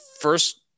first